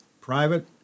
private